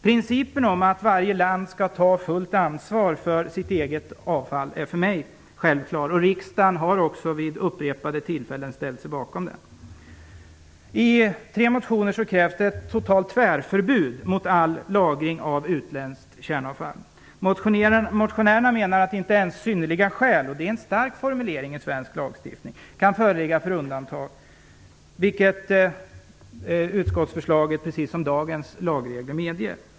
Principen om att varje land skall ta fullt ansvar för sitt eget avfall är för mig självklar, och riksdagen har också vid upprepade tillfällen ställt sig bakom den. I tre motioner krävs det ett totalt tvärförbud mot all lagring av utländskt kärnavfall. Motionärerna menar att inte ens synnerliga skäl - och det är en stark formulering för svensk lagstiftning - kan medge undantag, vilket utskottsförslaget, precis som dagens lagregler, medger.